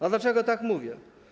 A dlaczego tak mówię?